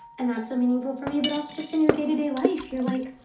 and that's so meaningful for me. but also, just in your day to day life, you're like,